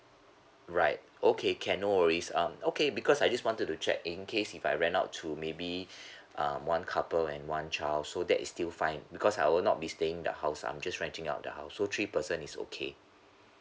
right okay can no worries um okay because I just wanted to check in case if I rent out to maybe um one couple and one child so that is still fine because I will not be staying in the house I'm just renting out the house so three person is okay